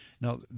Now